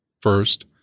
First